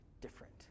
different